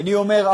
ואני אומר,